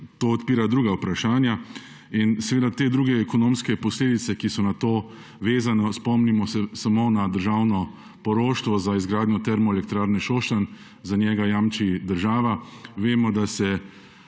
to odpira druga vprašanja in druge ekonomske posledice, ki so na to vezane. Spomnimo se samo na državno poroštvo za izgradnjo Termoelektrarne Šoštanj, za katero jamči država. Vemo, da se